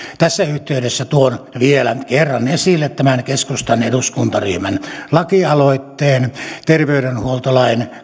tässä yhteydessä tuon vielä kerran esille tämän keskustan eduskuntaryhmän lakialoitteen terveydenhuoltolain